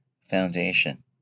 Foundation